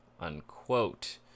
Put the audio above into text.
unquote